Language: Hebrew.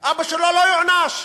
אבא שלו לא יוענש?